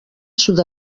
sud